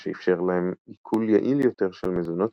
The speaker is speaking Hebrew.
מה שאיפשר להם עיכול יעיל יותר של מזונות